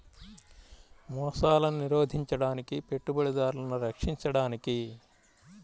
మోసాలను నిరోధించడానికి, పెట్టుబడిదారులను రక్షించడానికి